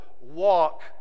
walk